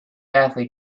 athlete